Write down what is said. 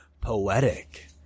poetic